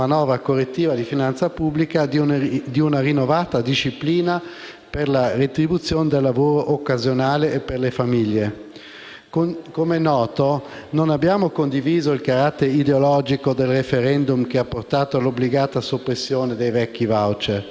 Come è noto, non abbiamo condiviso il carattere ideologico del *referendum* che ha portato all'obbligata soppressione dei vecchi *voucher*. La fase transitoria che ne è seguita ha determinato profonde incertezze e maggiori, non minori, penalizzazioni